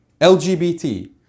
LGBT